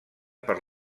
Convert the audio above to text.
per